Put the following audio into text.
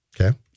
Okay